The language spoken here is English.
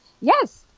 Yes